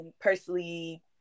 personally